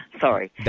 Sorry